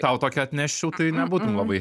tau tokią atneščiau tai nebūtum labai